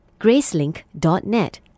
Gracelink.net